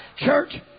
Church